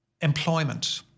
employment